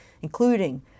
including